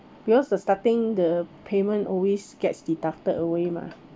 because the starting the payment always gets deducted away mah